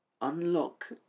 Unlock